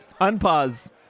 Unpause